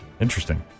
Interesting